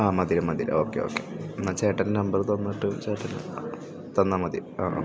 ആ മതി മതി ഓക്കേ ഓക്കേ എന്നാ ചേട്ടൻ നമ്പറ് തന്നിട്ട് ചേട്ടൻ തന്നാൽ മതി ആ